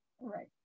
right